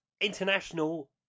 international